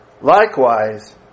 Likewise